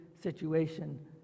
situation